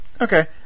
Okay